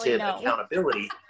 accountability